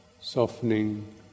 softening